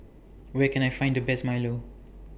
Where Can I Find The Best Milo